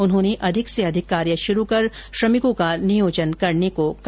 उन्होंने अधिक से अधिक कार्य शुरू कर श्रमिकों का नियोजन करने को कहा